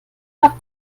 doch